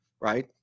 Right